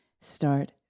Start